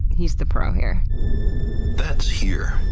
he's the pro here that's here.